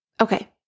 Okay